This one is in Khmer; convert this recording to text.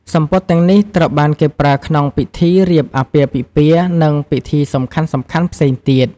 សំពត់ទាំងនេះត្រូវបានគេប្រើក្នុងពិធីរៀបអាពាហ៍ពិពាហ៍ និង ពិធីសំខាន់ៗផ្សេងទៀត។